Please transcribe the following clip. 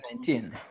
2019